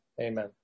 Amen